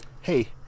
hey